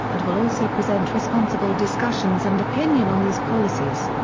and will also present responsible discussions and opinion on these policies.